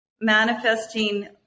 manifesting